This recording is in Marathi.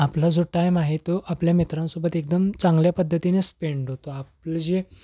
आपला जो टाईम आहे तो आपल्या मित्रांसोबत एकदम चांगल्या पद्धतीने स्पेंड होतो आपलं जे